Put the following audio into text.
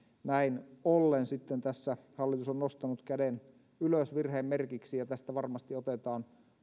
näin ollen sitten tässä hallitus on nostanut käden ylös virheen merkiksi ja tästä varmasti otetaan